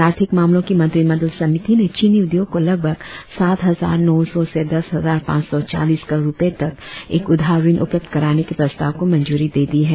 आर्थिक मामलों की मंत्रिमंडल समिति ने चीनी उद्योग को लगभग सात हजार नौ सौ से दस हजार पांच सौ चालीस करोड़ रुपए तक एक उदार ऋण उपलब्ध कराने के प्रस्ताव को मंजूरी दे दी है